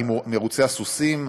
על מרוצי הסוסים,